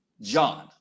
john